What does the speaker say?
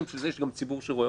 הוא יהיה שר או סגן שר.